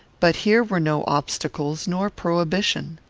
but here were no obstacles nor prohibition.